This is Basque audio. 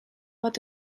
bat